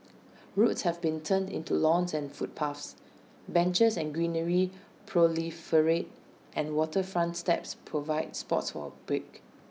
roads have been turned into lawns and footpaths benches and greenery proliferate and waterfront steps provide spots for A break